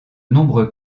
nombreux